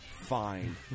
Fine